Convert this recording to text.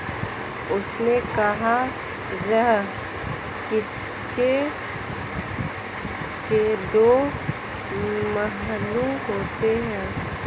उसने कहा हर सिक्के के दो पहलू होते हैं